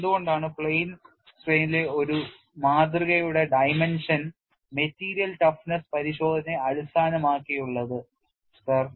എന്തുകൊണ്ടാണ് പ്ലെയിൻ സ്ട്രെയിനിലെ ഒരു മാതൃകയുടെ dimension മെറ്റീരിയൽ ടഫ്നെസ് പരിശോധനയെ അടിസ്ഥാനമാക്കിയുള്ളത് സർ